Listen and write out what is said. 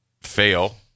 fail